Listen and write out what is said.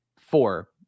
Four